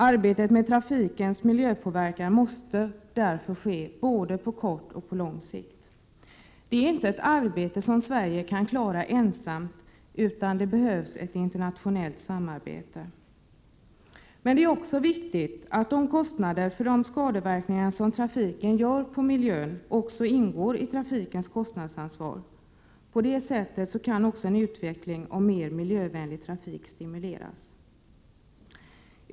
Arbetet med trafikens miljöpåverkan måste därför ske både på kort och på lång sikt. Det är inte ett arbete som Sverige kan klara ensamt, utan det behövs ett internationellt samarbete. Men det är också viktigt att kostnaderna för de skadeverkningar som trafiken gör på miljön ingår i trafikens kostnadsansvar. På det sättet kan en utveckling av mer miljövänlig trafik stimuleras.